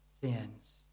sins